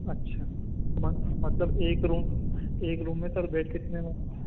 اچھا مطلب ایک روم ایک روم میں سر بیڈ کتنے ہوں گے